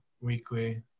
weekly